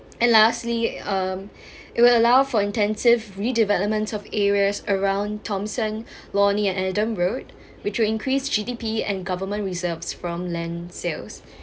and lastly um it will allow for intensive redevelopments of areas around thomson-lornie and adam-road which will increase G_D_P and government reserves from land sales